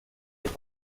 est